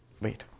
Wait